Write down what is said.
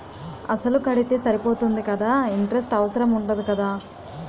అసలు కడితే సరిపోతుంది కదా ఇంటరెస్ట్ అవసరం ఉండదు కదా?